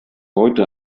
heute